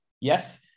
yes